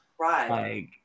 right